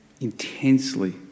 intensely